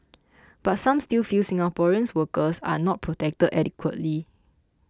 but some still feel Singaporeans workers are not protected adequately